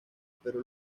pero